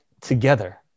together